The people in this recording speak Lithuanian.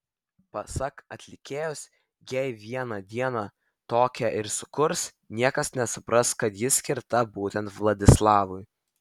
pasak atlikėjos jei vieną dieną tokią ir sukurs niekas nesupras kad ji skirta būtent vladislavui